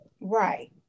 Right